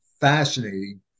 fascinating